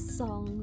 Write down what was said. song